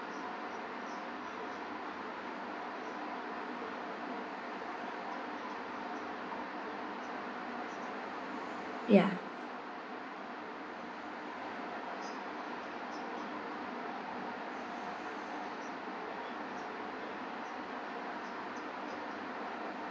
ya